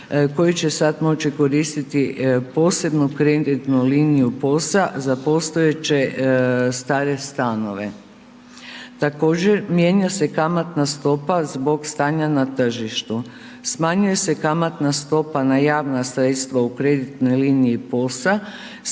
koji će sad moći koristiti posebnu kreditnu liniju POS-a za postojeće stare stanove. Također, mijenja se kamatna stopa zbog stanja na tržištu. Smanjuje se kamatna stopa na javna sredstva u kreditnoj liniji POS-a